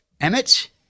emmett